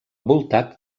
voltat